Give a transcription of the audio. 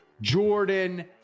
Jordan